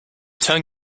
turn